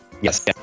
Yes